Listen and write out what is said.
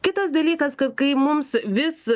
kitas dalykas kad kai mums vis